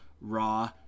Raw